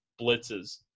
blitzes